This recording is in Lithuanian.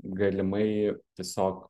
galimai tiesiog